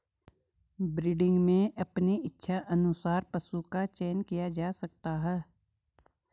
breeding में अपने इच्छा अनुसार पशु का चयन किया जा सकता है